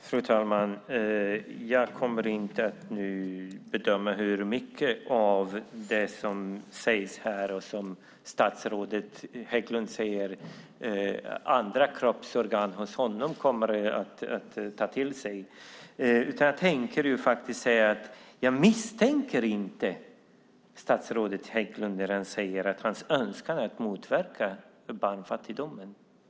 Fru talman! Jag kommer inte att bedöma hur mycket av det som sägs här som statsrådet Hägglund kommer att ta till sig i andra kroppsorgan som han säger. Jag tänker säga att jag inte misstror statsrådet Hägglund när han säger att hans önskan är att motverka barnfattigdomen.